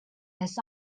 this